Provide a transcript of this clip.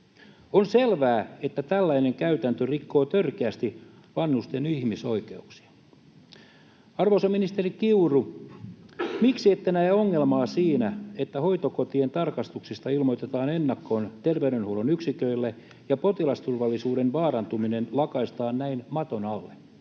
On selvää, että tällainen käytäntö rikkoo törkeästi vanhusten ihmisoikeuksia. Arvoisa ministeri Kiuru, miksi ette näe ongelmaa siinä, että hoitokotien tarkastuksista ilmoitetaan terveydenhuollon yksiköille ennakkoon ja potilasturvallisuuden vaarantuminen lakaistaan näin maton alle?